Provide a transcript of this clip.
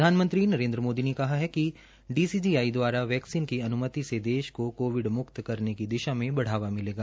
प्रधानमंत्री नरेन्द्र मोदी ने कहा कि कि डीसीजीआई द्वारा वैक्सीन की अन्मति से देश को कोविड म्क्त करने की दिशा में बढ़ावा मिलेगा